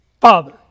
Father